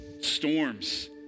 storms